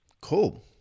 Cool